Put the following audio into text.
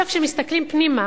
כשמסתכלים פנימה